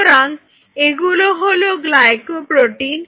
সুতরাং এগুলো হলো গ্লাইকোপ্রোটিন